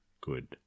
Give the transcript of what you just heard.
good